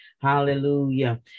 Hallelujah